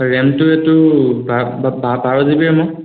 ৰেমটো এইটো বাৰ জিবি ৰেমৰ